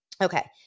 Okay